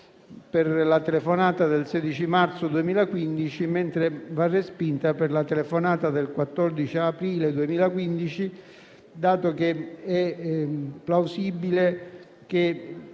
per la telefonata del 16 marzo 2015, mentre va respinta per la telefonata del 14 aprile 2015. È infatti plausibile che